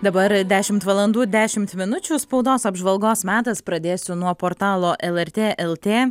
dabar dešimt valandų dešimt minučių spaudos apžvalgos metas pradėsiu nuo portalo lrt lt